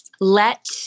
let